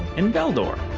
and beldor,